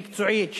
מקצועית,